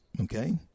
Okay